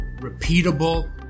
repeatable